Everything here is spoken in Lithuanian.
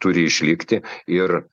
turi išlikti ir